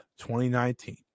2019